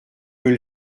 peux